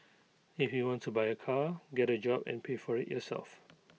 if you want to buy A car get A job and pay for IT yourself